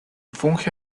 funge